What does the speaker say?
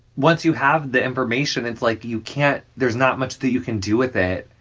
once you have the information, it's like you can't there's not much that you can do with it,